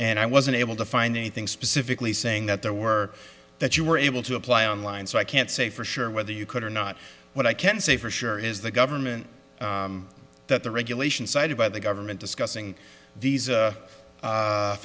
and i wasn't able to find anything specifically saying that there were that you were able to apply online so i can't say for sure whether you could or not but i can't say for sure is the government that the regulations cited by the government discussing these